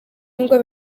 nubwo